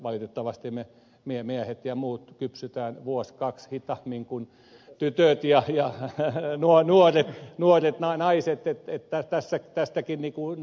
valitettavasti me miehet kypsymme vuosi kaksi hitaammin kuin tytöt ja hienoin lajin nuorten lainaisitte pyytää tässä päästä nuoret naiset